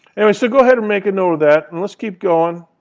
i mean so go ahead and make a note of that. and let's keep going.